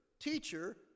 teacher